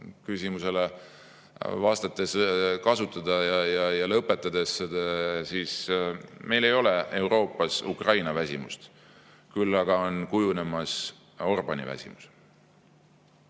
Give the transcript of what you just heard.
küsimusele vastates kasutada ja nendega lõpetada –, et meil ei ole Euroopas Ukraina-väsimust, küll aga on kujunemas Orbáni-väsimus.